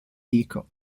dico